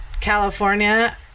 California